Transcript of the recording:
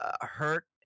hurt